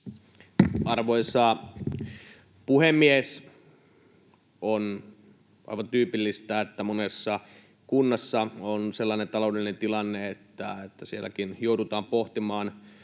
Arvoisa puhemies! On aivan tyypillistä, että monessa kunnassa on sellainen taloudellinen tilanne, että sielläkin joudutaan pohtimaan